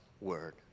word